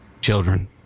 children